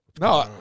No